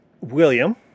William